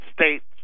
States